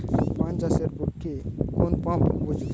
পান চাষের পক্ষে কোন পাম্প উপযুক্ত?